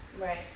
Right